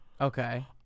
Okay